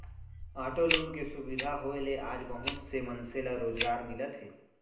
auto loan के सुबिधा होए ले आज बहुत से मनसे ल रोजगार मिलत हे